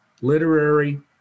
literary